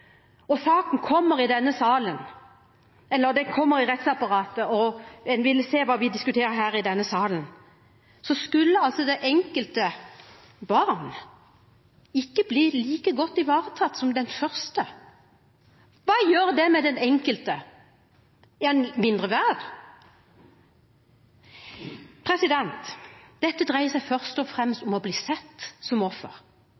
og saken kom i rettsapparatet og en ville se hva vi diskuterer her i denne salen, skulle altså det enkelte barn ut fra det ikke bli like godt ivaretatt som det første. Hva gjør det med den enkelte? Er vedkommende mindre verdt? Dette dreier seg først og fremst om å bli sett som offer.